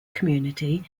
community